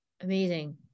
Amazing